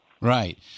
Right